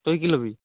তই কি ল'বি